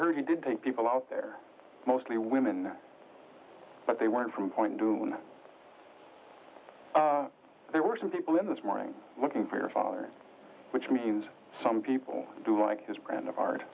heard he did think people out there mostly women but they weren't from point to when there were some people in this morning looking for a father which means some people do want his brand of art